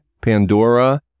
Pandora